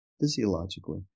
physiologically